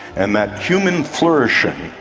and that human flourishing,